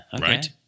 Right